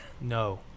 No